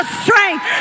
strength